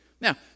Now